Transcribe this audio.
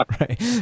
Right